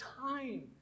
time